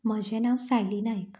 म्हजें नांव सायली नायक